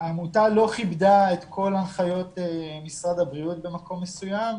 שהעמותה לא כיבדה את כל הנחיות משרד הבריאות במקום מסוים,